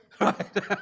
Right